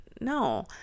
no